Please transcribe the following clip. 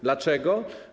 Dlaczego?